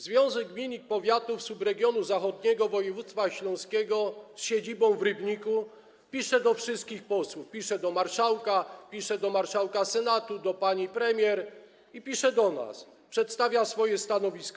Związek Gmin i Powiatów Subregionu Zachodniego Województwa Śląskiego z siedzibą w Rybniku pisze do wszystkich posłów, pisze do marszałka, pisze do marszałka Senatu, do pani premier i do nas, przedstawia swoje stanowisko.